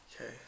Okay